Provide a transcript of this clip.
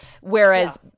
Whereas